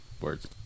words